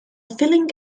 filling